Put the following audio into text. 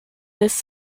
this